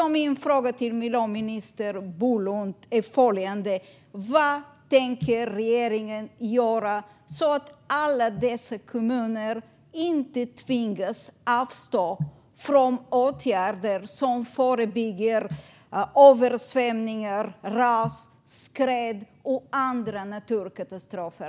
Min fråga till miljöminister Bolund är följande: Vad tänker regeringen göra för att alla dessa kommuner inte ska tvingas avstå från åtgärder som förebygger översvämningar, ras, skred och andra naturkatastrofer?